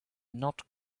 not